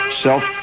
self